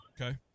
Okay